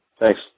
Thanks